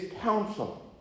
counsel